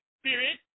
Spirit